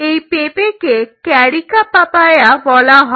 এই পেঁপেকে carica papaya বলা হয়